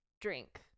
drink